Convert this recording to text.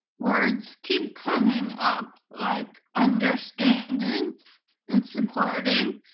words keep coming up, like understanding and supporting,